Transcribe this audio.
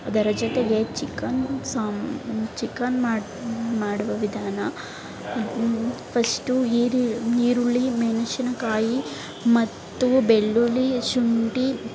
ಅದರ ಜೊತೆಗೆ ಚಿಕನ್ ಸಾಮ್ ಚಿಕನ್ ಮಾಡುವ ವಿಧಾನ ಅದು ಫಷ್ಟು ಈರಿ ಈರುಳ್ಳಿ ಮೆಣಸಿನಕಾಯಿ ಮತ್ತು ಬೆಳ್ಳುಳ್ಳಿ ಶುಂಠಿ